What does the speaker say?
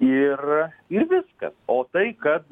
ir ir viskas o tai kad